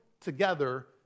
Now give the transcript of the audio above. together